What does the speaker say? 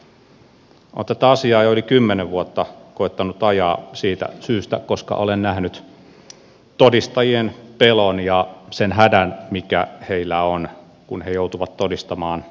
olen tätä asiaa jo yli kymmenen vuotta koettanut ajaa siitä syystä että olen nähnyt todistajien pelon ja sen hädän mikä heillä on kun he joutuvat todistamaan vakavissa rikoksissa